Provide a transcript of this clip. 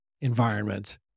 environment